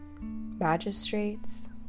magistrates